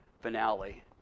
finale